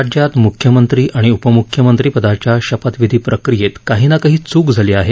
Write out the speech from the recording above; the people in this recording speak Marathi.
राज्यात मुख्यमंत्री आणि उपमुख्यमंत्रीपदाच्या शपथविधी प्रक्रियेत काही ना कही च्क झाली आहे